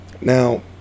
now